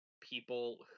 people